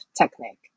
technique